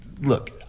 look